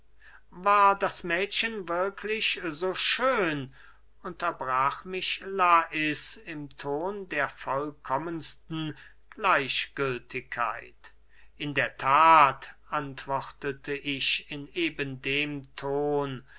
war das mädchen wirklich so schön unterbrach mich lais im ton der vollkommensten gleichgültigkeit in der that antwortete ich in eben dem ton